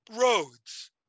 roads